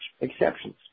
exceptions